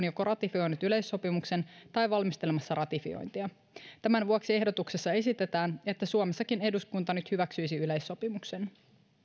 joko ratifioineet yleissopimuksen tai valmistelemassa ratifiointia tämän vuoksi ehdotuksessa esitetään että suomessakin eduskunta nyt hyväksyisi yleissopimuksen